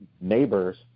neighbors